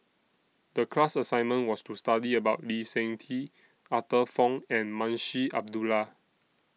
The class assignment was to study about Lee Seng Tee Arthur Fong and Munshi Abdullah